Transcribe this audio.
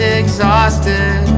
exhausted